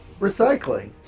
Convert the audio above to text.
Recycling